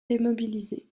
démobilisé